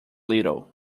little